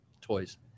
toys